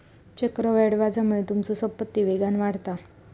चक्रवाढ व्याजामुळे तुमचो संपत्ती वेगान वाढता